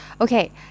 Okay